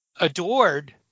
adored